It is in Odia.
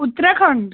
ଉତ୍ତରାଖଣ୍ଡ